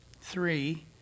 Three